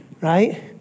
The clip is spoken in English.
right